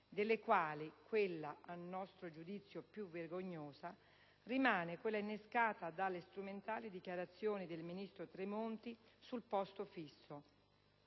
(tra cui quella a nostro giudizio più vergognosa rimane quella innescata dalle strumentali dichiarazioni del ministro Tremonti sul posto fisso)